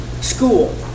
school